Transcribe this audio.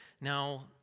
now